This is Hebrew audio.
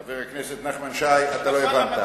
חבר הכנסת נחמן שי, אתה לא הבנת.